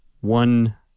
one